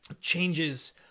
changes